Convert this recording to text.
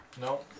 No